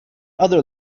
other